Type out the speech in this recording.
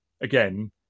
again